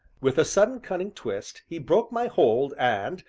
with a sudden cunning twist, he broke my hold, and,